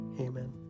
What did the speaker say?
Amen